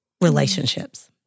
relationships